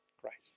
Christ